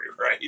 right